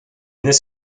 this